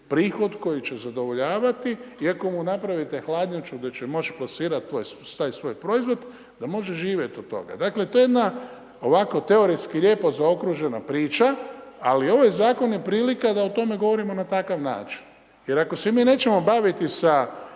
prihod koji će zadovoljavati. I ako mu napravite hladnjaču da će moći plasirati taj svoj proizvod, da može živjeti od toga. Dakle to je jedna ovako teoretski lijepo zaokružena priča, ali ovaj zakon je prilika da o tome govorimo na takav način. Jer ako se mi nećemo baviti sa